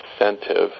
incentive